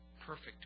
Perfect